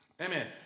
Amen